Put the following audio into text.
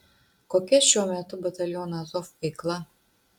kokia šiuo metu bataliono azov veikla